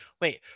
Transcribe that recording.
Wait